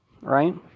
right